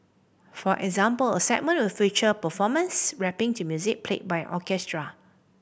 for example a segment will feature performers rapping to music played by an orchestra